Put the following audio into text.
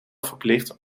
verplicht